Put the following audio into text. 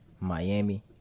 Miami